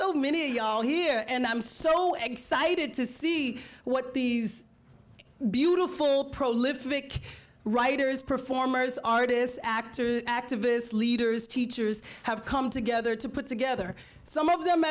you all here and i'm so excited to see what these beautiful prolific writers performers artists actors activists leaders teachers have come together to put together some of them